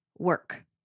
work